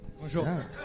Bonjour